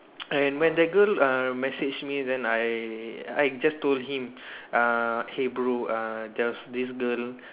and when that girl uh message me then I I just told him uh hey bro uh there was this girl